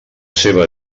seva